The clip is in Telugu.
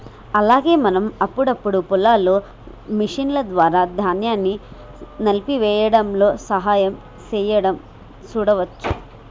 అలాగే మనం అప్పుడప్పుడు పొలాల్లో మిషన్ల ద్వారా ధాన్యాన్ని నలిపేయ్యడంలో సహాయం సేయడం సూడవచ్చు